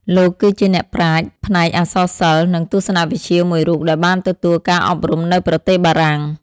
លោកគឺជាអ្នកប្រាជ្ញផ្នែកអក្សរសិល្ប៍ និងទស្សនវិជ្ជាមួយរូបដែលបានទទួលការអប់រំនៅប្រទេសបារាំង។